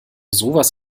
sowas